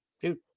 Dude